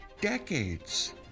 decades